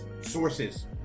sources